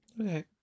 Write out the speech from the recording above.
Okay